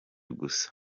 gusa